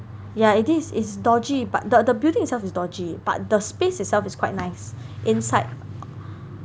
yeah it is it's dodgy but the the building itself is dodgy but the space itself is quite nice inside